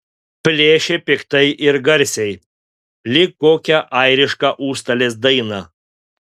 plėšė piktai ir garsiai lyg kokią airišką užstalės dainą